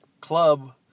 club